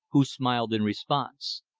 who smiled in response.